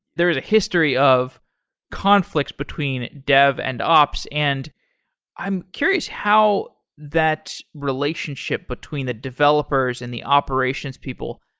there is a history of conflicts between dev and ops and i'm curious how that relationship between the developers and the operations people.